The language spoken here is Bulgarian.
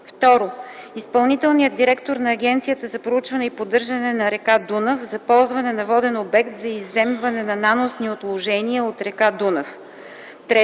2. изпълнителният директор на Агенцията за проучване и поддържане на река Дунав – за ползване на воден обект за изземване на наносни отложения от река Дунав;